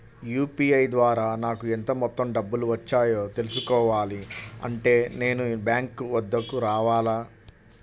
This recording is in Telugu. యూ.పీ.ఐ ద్వారా నాకు ఎంత మొత్తం డబ్బులు వచ్చాయో తెలుసుకోవాలి అంటే నేను బ్యాంక్ వద్దకు రావాలా?